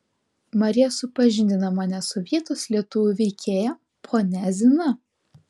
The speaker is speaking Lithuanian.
marija supažindina mane su vietos lietuvių veikėja ponia zina